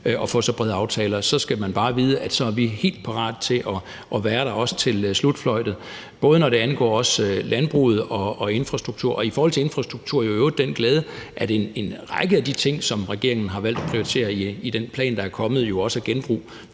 at få så brede aftaler, og så skal man bare vide, at så er vi helt parate til at være der, også til slutfløjtet, både når det angår landbruget og infrastrukturen. I forhold til infrastrukturen er det jo i øvrigt en glæde, at en række af de ting, som regeringen har valgt at prioritere i den plan, der er kommet, er genbrug